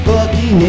Bucky